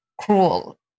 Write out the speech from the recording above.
cruel